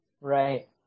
Right